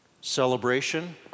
Celebration